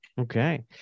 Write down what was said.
Okay